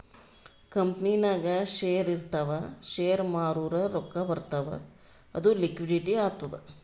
ಕಂಪನಿನಾಗ್ ಶೇರ್ ಇರ್ತಾವ್ ಶೇರ್ ಮಾರೂರ್ ರೊಕ್ಕಾ ಬರ್ತಾವ್ ಅದು ಲಿಕ್ವಿಡಿಟಿ ಆತ್ತುದ್